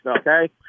okay